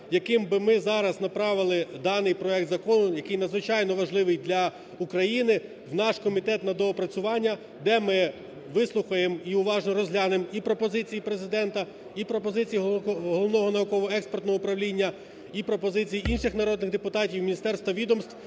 яким би ми зараз направили даний проект закону, який надзвичайно важливий для України, в наш комітет на доопрацювання, де ми вислухаємо і уважно розглянемо і пропозиції Президента, і пропозиції Головного науково-експертного управління, і пропозиції інших народних депутатів, міністерств та відомств